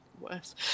worse